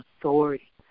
authority